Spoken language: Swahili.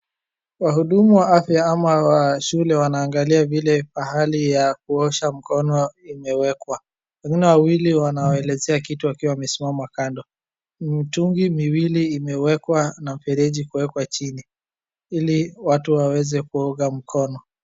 Wahudumu wa afya ama wa shule wanaangalia vile pahali ya kuosha mkono imewekwa, wengine wawili wanawaelezea kitu wakiwa wamesimama kando, mitungi miwili imewekwa na mfreji kuwekwa chini ili watu waweze kuoga mkono.